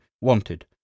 Wanted